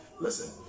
Listen